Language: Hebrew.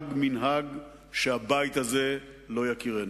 שנהג מנהג שהבית הזה לא יכירנו.